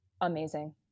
amazing